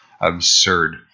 absurd